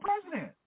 president